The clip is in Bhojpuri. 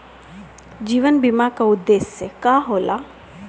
जीवन बीमा का उदेस्य का होला?